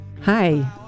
Hi